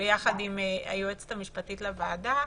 ביחד עם היועצת המשפטית לוועדה,